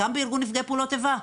גם בארגון נפגעי פעולות איבה.